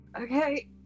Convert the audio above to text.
Okay